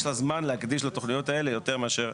יש לה זמן להקדיש לתוכניות האלה יותר מאשר